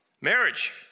marriage